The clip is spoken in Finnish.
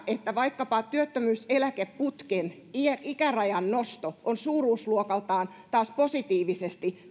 että vaikkapa työttömyyseläkeputken ikärajan nosto on suuruusluokaltaan työllisyysvaikutuksiltaan taas positiivisesti